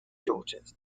daughters